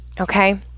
okay